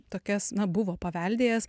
tokias na buvo paveldėjęs